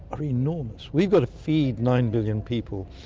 are enormous. we've got to feed nine billion people,